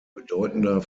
bedeutender